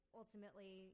ultimately